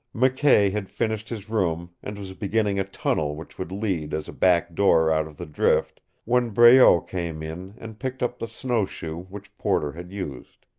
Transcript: mckay had finished his room, and was beginning a tunnel which would lead as a back door out of the drift, when breault came in and picked up the snowshoe which porter had used.